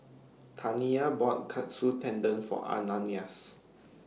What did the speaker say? Tania bought Katsu Tendon For Ananias